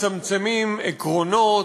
מצמצמים עקרונות,